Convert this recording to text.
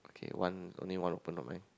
okay one only one open on mine